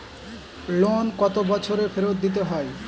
Loan কত বছরে ফেরত দিতে হয়?